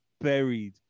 buried